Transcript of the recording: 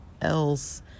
else